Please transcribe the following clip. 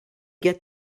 get